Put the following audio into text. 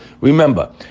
Remember